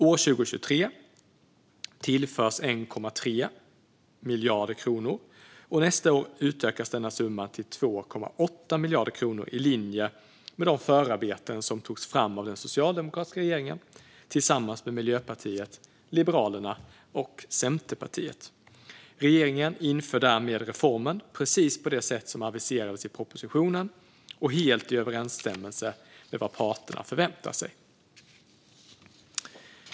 År 2023 tillförs 1,3 miljarder kronor, och nästa år utökas denna summa till 2,8 miljarder kronor i linje med de förarbeten som togs fram av den socialdemokratiska regeringen tillsammans med Miljöpartiet, Liberalerna och Centerpartiet. Regeringen inför därmed reformen precis på det sätt som aviserades i propositionen och helt i överensstämmelse med vad parterna förväntar sig.